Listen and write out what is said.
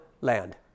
land